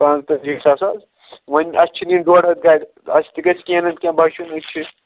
پانٛژتٲجی ساس حظ وۅنۍ اَسہِ چھِ نِنۍ ڈۅڈ ہتھ گاڑِ اَسہِ تہِ گژھِ کیٚنٛہہ نَتہٕ کیٚنٛہہ بچُن أسۍ چھِ